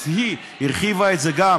אז היא הרחיבה את זה גם